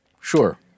Sure